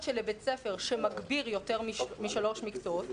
שלבית ספר שמגביר יותר משלושה מקצועות,